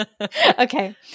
Okay